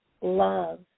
love